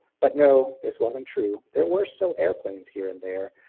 but no, this wasn't true there were still airplanes here and there.